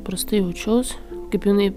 prastai jaučiaus kaip jinai